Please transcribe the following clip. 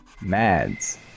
Mads